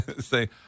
Say